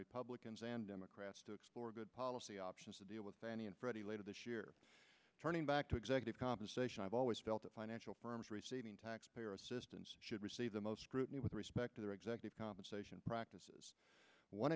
republicans and democrats to explore good policy options to deal with fannie and freddie later this year turning back to executive compensation i've always felt that financial firms receiving taxpayer assistance should receive the most scrutiny with respect to their executive compensation practices one